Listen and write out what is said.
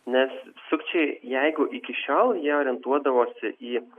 nes sukčiai jeigu iki šiol jie orientuodavosi į